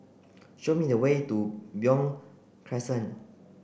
show me the way to Beo Crescent